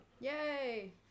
yay